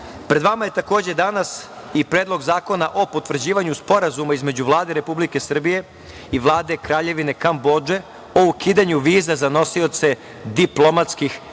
vama je takođe danas i Predlog zakona o potvrđivanju Sporazuma između Vlade Republike Srbije i Vlade Kraljevine Kambodže o ukidanju viza za nosioce diplomatskih i